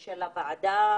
של הוועדה,